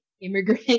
immigrant